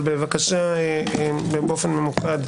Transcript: אבל באופן ממוקד,